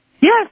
Yes